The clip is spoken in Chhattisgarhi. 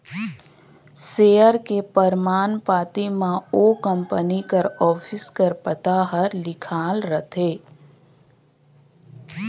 सेयर के परमान पाती म ओ कंपनी कर ऑफिस कर पता हर लिखाल रहथे